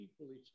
equally